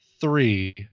three